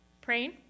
Praying